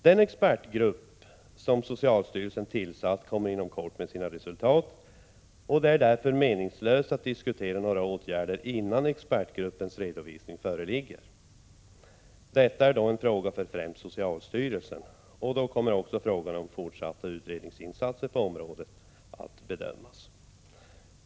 Den expertgrupp som socialstyrelsen tillsatt kommer inom kort att lämna sina resultat, och det är därför meningslöst att dessförinnan diskutera några åtgärder. Framtagningen av rapporten är en fråga främst för socialstyrelsen. När resultaten föreligger kommer också frågan om fortsatta utredningsinsatser på området att bedömas.